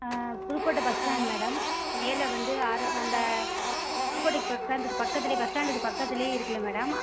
Pudukkottai bus stand madam மேலே வந்து ஆரோ அந்த புதுக்கோட்டை பஸ் ஸ்டாண்டுக்கு பக்கத்திலே பஸ் ஸ்டாண்டுக்கு பக்கத்திலே இருக்கில்ல மேடம்